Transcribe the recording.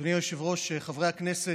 אדוני היושב-ראש, חברי הכנסת,